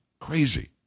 Crazy